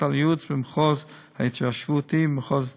על הייעוץ במחוז ההתיישבותי ובמחוז צפון.